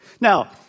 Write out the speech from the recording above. Now